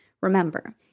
Remember